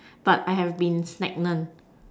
but I have been stagnant